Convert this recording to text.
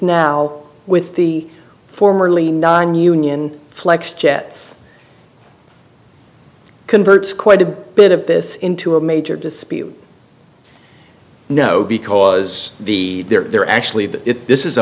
now with the formerly nonunion flex jets converts quite a bit of this into a major dispute no because the there are actually that this is a